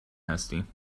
هستیم